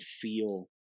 feel